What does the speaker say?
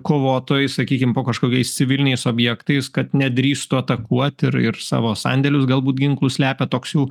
kovotojai sakykim po kažkokiais civiliniais objektais kad nedrįstų atakuot ir ir savo sandėlius galbūt ginklų slepia toks jų